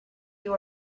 you